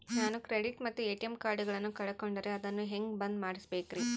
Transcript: ನಾನು ಕ್ರೆಡಿಟ್ ಮತ್ತ ಎ.ಟಿ.ಎಂ ಕಾರ್ಡಗಳನ್ನು ಕಳಕೊಂಡರೆ ಅದನ್ನು ಹೆಂಗೆ ಬಂದ್ ಮಾಡಿಸಬೇಕ್ರಿ?